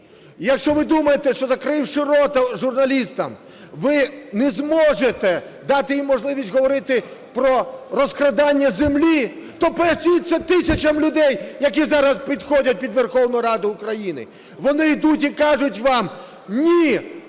Якщо ви думаєте, що, закривши рота журналістам, ви не зможете дати їм можливість говорити про розкрадання землі, то поясніть це тисячам людей, які зараз підходять під Верховну Раду України. Вони йдуть і кажуть вам: "Ні,